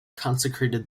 consecrated